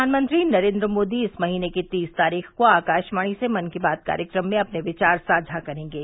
प्रधानमंत्री नरेन्द्र मोदी इस महीने की तीस तारीख को आकाशवाणी से मन की बात कार्यक्रम में अपने विचार साझा करेंगे